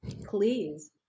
Please